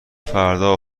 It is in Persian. فردا